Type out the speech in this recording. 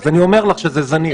אני אומר לך שזה זניח.